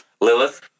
Lilith